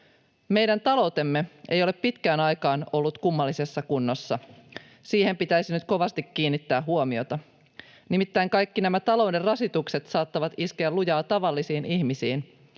”Meidän taloutemme ei ole pitkään aikaan ollut kummallisessa kunnossa. Siihen pitäisi nyt kovasti kiinnittää huomiota. Nimittäin kaikki nämä talouden rasitukset saattavat iskeä lujaa tavallisiin ihmisiin.